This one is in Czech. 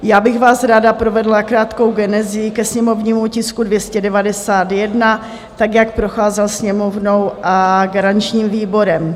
Já bych vás ráda provedla krátkou genezí ke sněmovnímu tisku 291, tak, jak procházel Sněmovnou a garančním výborem.